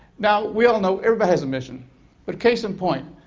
now we all know, everybody has a mission but case in point,